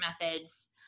methods